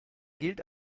gilt